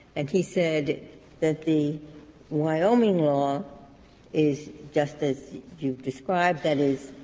and he said that the wyoming law is just as you've described, that is,